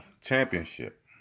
championship